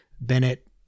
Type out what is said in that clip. Bennett